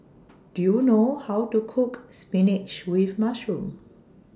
Do YOU know How to Cook Spinach with Mushroom